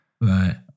Right